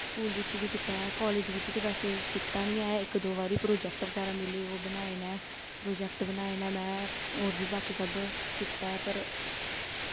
school बिच्च बी कीता ऐ कालेज बिच्च ते बैसे कीता निं ऐ इक दो बार ई प्रोजैक्ट बगैरा मिले ओह् बनाए न प्रोजैक्ट बनाए न में होर बी बाकी सब कीता ऐ पर